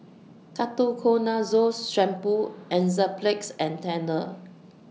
Ketoconazole Shampoo Enzyplex and Tena